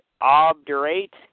obdurate